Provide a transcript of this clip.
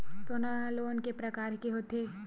सोना लोन के प्रकार के होथे?